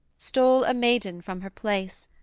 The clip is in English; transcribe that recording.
stole a maiden from her place,